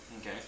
Okay